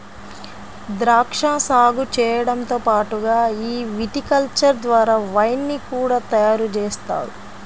ద్రాక్షా సాగు చేయడంతో పాటుగా ఈ విటికల్చర్ ద్వారా వైన్ ని కూడా తయారుజేస్తారు